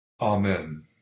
Amen